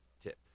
tips